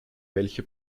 welche